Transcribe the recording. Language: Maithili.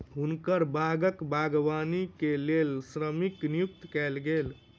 हुनकर बागक बागवानी के लेल श्रमिक नियुक्त कयल गेल